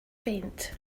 faint